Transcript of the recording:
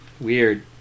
Weird